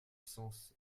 sens